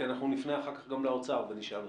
כי אנחנו נפנה אחרי כן לאוצר ונשאל אותו.